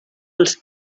als